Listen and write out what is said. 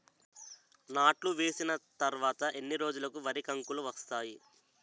నాట్లు వేసిన తర్వాత ఎన్ని రోజులకు వరి కంకులు వస్తాయి?